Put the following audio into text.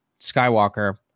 Skywalker